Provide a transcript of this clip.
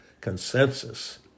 consensus